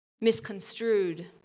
misconstrued